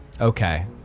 okay